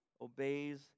obeys